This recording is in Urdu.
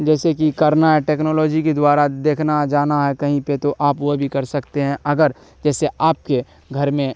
جیسے کہ کرنا ہے ٹیکنالوجی کے دوارا دیکھنا ہے جانا ہے کہیں پہ تو آپ وہ بھی کر سکتے ہیں اگر جیسے آپ کے گھر میں